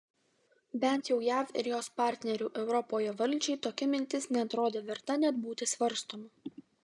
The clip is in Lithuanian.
bent jau jav ir jos partnerių europoje valdžiai tokia mintis neatrodė verta net būti svarstoma